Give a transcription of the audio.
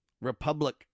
republic